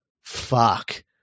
fuck